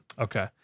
Okay